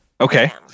Okay